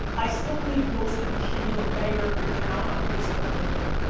i still believe most of you should be the mayor of your town on facebook and linkedin.